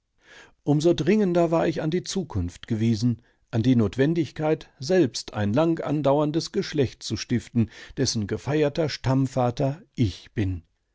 umso dringender war ich an die zukunft gewiesen an die notwendigkeit selbst ein lang andauerndes geschlecht zu stiften dessen gefeierter stammvater ich bin